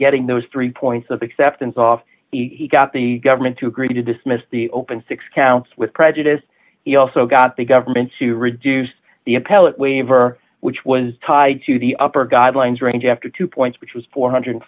getting those three points of acceptance off the got the government to agree to dismiss the opened six counts with prejudice he also got the government to reduce the appellate waiver which was tied to the upper guidelines range after two points which was four hundred and